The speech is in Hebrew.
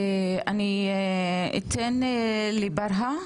אני אתן לברהה,